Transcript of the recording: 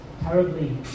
terribly